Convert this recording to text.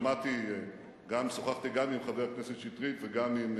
שמעתי וגם שוחחתי עם חבר הכנסת שטרית, וגם עם